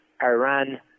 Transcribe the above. Iran